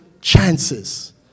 chances